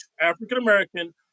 african-american